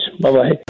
bye-bye